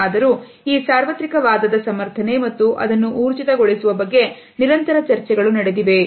ಆದರೂ ಈ ಸಾರ್ವತ್ರಿಕ ವಾದದ ಸಮರ್ಥನೆ ಮತ್ತು ಅದನ್ನು ಊರ್ಜಿತಗೊಳಿಸುವ ಬಗ್ಗೆ ನಿರಂತರ ಚರ್ಚೆಗಳು ನಡೆದಿವೆ